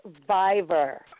survivor